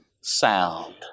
sound